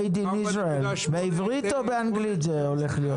Made in Israel, בעברית או באנגלית זה הולך להיות?